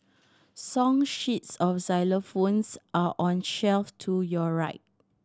song sheets of xylophones are on shelf to your right